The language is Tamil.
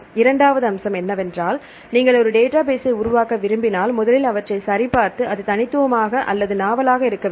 இரண்டாவது அம்சம் என்னவென்றால் நீங்கள் ஒரு டேட்டாபேஸ்ஸை உருவாக்க விரும்பினால் முதலில் அவற்றை சரிபார்த்து அது தனித்துவமாக அல்லது நாவலாக இருக்க வேண்டும்